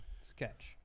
sketch